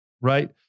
right